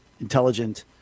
intelligent